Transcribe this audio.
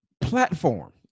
platform